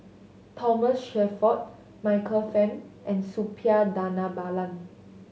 Thomas Shelford Michael Fam and Suppiah Dhanabalan